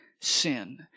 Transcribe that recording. sin